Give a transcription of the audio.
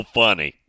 funny